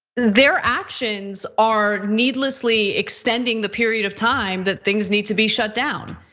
their actions are needlessly extending the period of time that things need to be shut down.